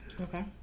Okay